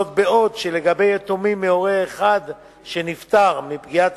זאת בעוד שלגבי יתומים מהורה אחד שנפטר מפגיעת